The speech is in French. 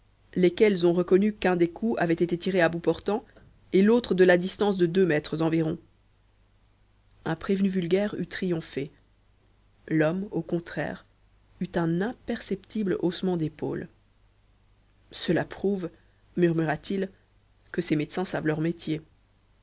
lesquels ont reconnu qu'un des coups avait été tiré à bout portant et l'autre de la distance de deux mètres environ un prévenu vulgaire eût triomphé l'homme au contraire eut un imperceptible haussement d'épaules cela prouve murmura-t-il que ces médecins savent leur métier